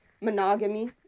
monogamy